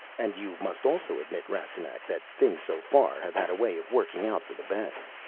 and you must also admit, rastignac, that things so far have had a way of working out for the best.